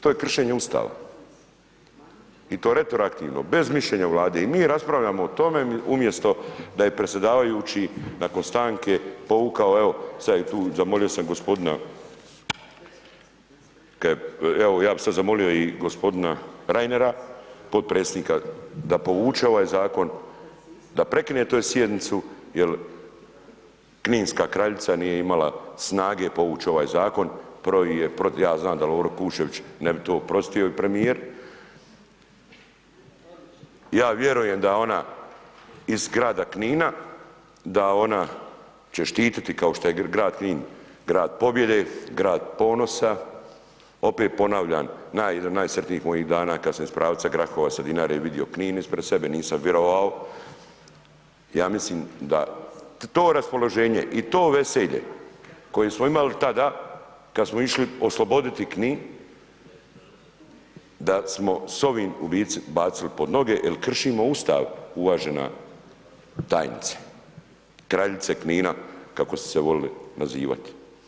To je kršenje Ustava, i to retroaktivno bez mišljenja Vlade, i mi raspravljamo o tome umjesto da je predsjedavajući nakon stanke povukao, evo sad je tu, zamolio sam gospodina, kaje, evo bi sad zamolio i gospodina Reinera, podpredsjednika da povuče ovaj Zakon, da prekine sjednicu jel' Kninska kraljica nije imala snage povuć' ovaj Zakon, ... ja znam da Lovro Kuščević ne bi to oprostio i premijer, ja vjerujem da ona iz Grada Knina, da ona će štititi kao što je Grad Knin grad pobjede, grad ponosa, opet ponavljam, naj, jedan od najsretnijih mojih dana kad sam iz pravca Grahovaca Dinare vidio Knin ispred sebe, nisam vjerovao, ja mislim da, to raspoloženje i to veselje koje smo imali tada kad smo išli osloboditi Knin, da smo s ovim u bitci bacili pod noge, jer kršimo Ustav uvažena tajnice, Kraljice Knina, kako ste se volili nazivati.